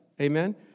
Amen